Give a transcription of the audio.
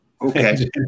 Okay